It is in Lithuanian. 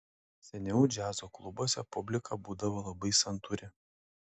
seniau džiazo klubuose publika būdavo labai santūri